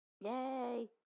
yay